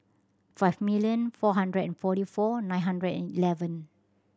five million four hundred and forty four nine hundred and eleven